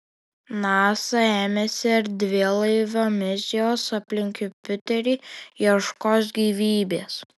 nasa ėmėsi erdvėlaivio misijos aplink jupiterį ieškos gyvybės